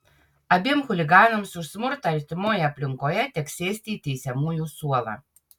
abiem chuliganams už smurtą artimoje aplinkoje teks sėsti į teisiamųjų suolą